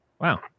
Wow